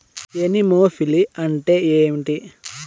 Anemophily అంటే ఏంటి?